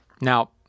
Now